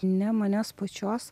ne manęs pačios